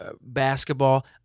basketball